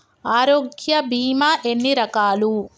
ఆరోగ్య బీమా ఎన్ని రకాలు?